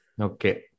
Okay